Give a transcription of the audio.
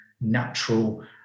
natural